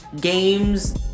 games